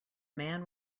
man